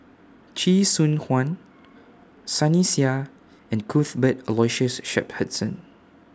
Chee Soon Juan Sunny Sia and Cuthbert Aloysius Shepherdson